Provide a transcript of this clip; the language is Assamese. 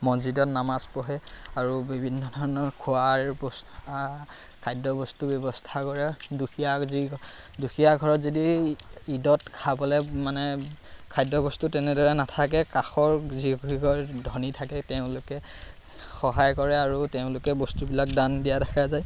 মচজিদত নামাজ পঢ়ে আৰু বিভিন্ন ধৰণৰ খোৱাৰ ব্যৱস্থা খাদ্যবস্তু ব্যৱস্থা কৰে দুখীয়া যি দুখীয়া ঘৰত যদি ঈদত খাবলৈ মানে খাদ্যবস্তু তেনেদৰে নাথাকে কাষৰ যিঘৰ ধনী থাকে তেওঁলোকে সহায় কৰে আৰু তেওঁলোকে বস্তুবিলাক দান দিয়া দেখা যায়